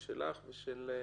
שלכם.